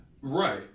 right